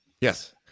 Yes